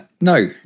No